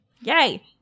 Yay